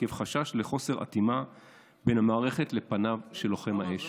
עקב חשש לחוסר אטימה בין המערכת לפניו של לוחם האש".